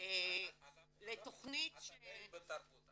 את עדיין בתרבות.